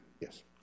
Yes